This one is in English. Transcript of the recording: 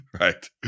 Right